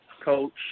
coach